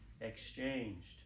exchanged